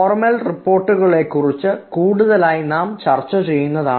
formal റിപ്പോർട്ടുകളെ കുറിച്ച് നാം കൂടുതലായി ചർച്ച ചെയ്യുന്നതാണ്